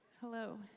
Hello